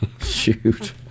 shoot